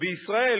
בישראל,